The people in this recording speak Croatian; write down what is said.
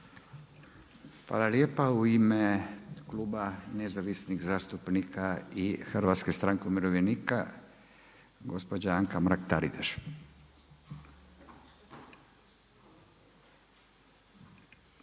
Hvala lijepa. U ime Kluba nezavisnih zastupnika i Hrvatske stranke umirovljenika, gospođa Anaka Mrak-Taritaš.